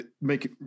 make